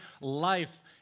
life